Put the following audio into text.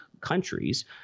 countries